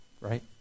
right